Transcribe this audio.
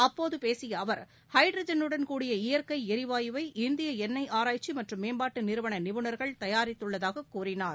அப்போது பேசிய அவர் ஹைட்ரஜனுடன் கூடிய இயற்கை எரிவாயுவை இந்திய எண்ணெய் ஆராய்ச்சி மற்றும் மேம்பாட்டு நிறுவன நிபுணர்கள் தயாரித்துள்ளதாக கூறினார்